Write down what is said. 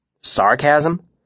Sarcasm